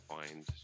find